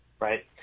right